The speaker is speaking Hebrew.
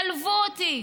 צלבו אותי,